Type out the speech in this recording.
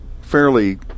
fairly